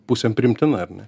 pusėm priimtina ar ne